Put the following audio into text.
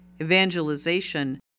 Evangelization